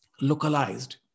localized